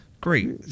great